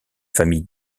famille